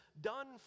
done